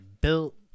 built